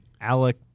Alec